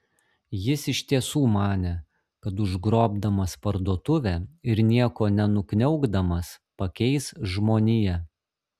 jis iš tiesų manė kad užgrobdamas parduotuvę ir nieko nenukniaukdamas pakeis žmoniją